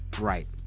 right